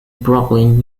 brooklyn